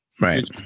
Right